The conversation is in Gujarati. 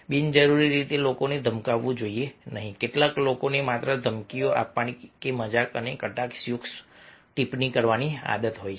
બિનજરૂરી રીતે લોકોને ધમકાવવું જોઈએ નહીં કેટલાક લોકોને માત્ર ધમકીઓ આપવાની કે મજાક અને કટાક્ષયુક્ત ટિપ્પણી કરવાની આદત હોય છે